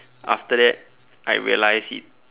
after that I realized it